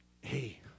Hey